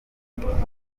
bufatanye